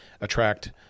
attract